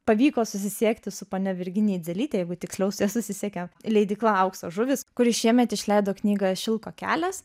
pavyko susisiekti su ponia virginija idzelytė jeigu tiksliau su ja susisiekė leidykla aukso žuvys kuri šiemet išleido knygą šilko kelias